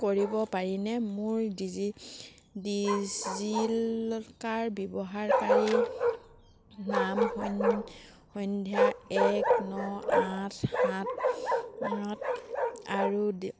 কৰিব পাৰিনে মোৰ ডিজি ডিজিলকাৰ ব্যৱহাৰকাৰী নাম সন সন্ধ্যা এক ন আঠ সাত অত আৰু